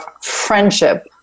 friendship